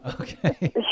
Okay